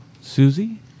Susie